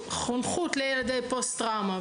חונכות לילדי פוסט טראומה,